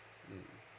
mm